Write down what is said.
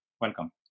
welcome